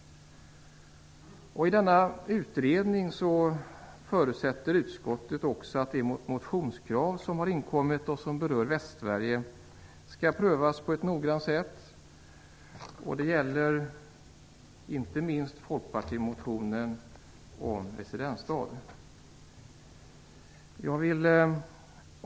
Utskottet förutsätter också att de motionskrav som har inkommit och som berör Västsverige skall prövas på ett noggrant sätt i denna utredning. Det gäller inte minst folkpartimotionen om residensstad.